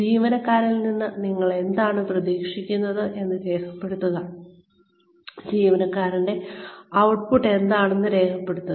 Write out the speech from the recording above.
ജീവനക്കാരനിൽ നിന്ന് നിങ്ങൾ എന്താണ് പ്രതീക്ഷിക്കുന്നതെന്ന് രേഖപ്പെടുത്തുക ജീവനക്കാരന്റെ ഔട്ട്പുട്ട് എന്താണെന്ന് രേഖപ്പെടുത്തുക